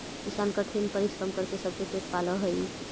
किसान कठिन परिश्रम करके सबके पेट पालऽ हइ